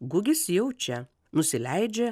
gugis jau čia nusileidžia